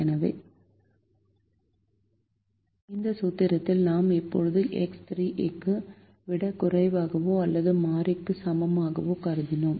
எனவே இந்த சூத்திரத்தில் நாம் இப்போது எக்ஸ் 3 ஐ விட குறைவாகவோ அல்லது மாறிக்கு சமமாகவோ கருதினோம்